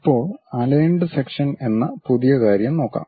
ഇപ്പോൾ aligned section എന്ന പുതിയ കാര്യം നോക്കാം